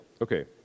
okay